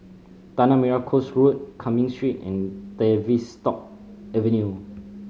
Tanah Merah Coast Road Cumming Street and Tavistock Avenue